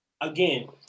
again